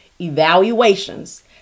evaluations